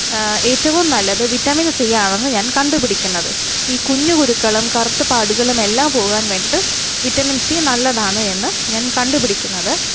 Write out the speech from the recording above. ഏറ്റവും നല്ലത് vitamin C ആണെന്ന് ഞാൻ കണ്ടുപിടിക്കുന്നത് ഈ കുഞ്ഞു കുരുക്കളും കറുത്തപാടുകളും എല്ലാം പോകാൻ വേണ്ടിയിട്ട് വിറ്റാമിൻ സി നല്ലതാണ് എന്ന് ഞാൻ കണ്ടുപിടിക്കുന്നത്